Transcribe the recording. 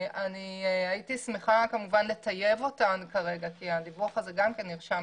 הייתי שמחה לטייב אותם כי הדיווח הזה גם כן ישן,